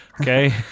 okay